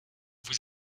vous